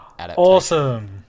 Awesome